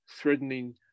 threatening